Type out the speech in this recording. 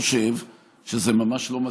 אני חושב שזה ממש לא מצחיק.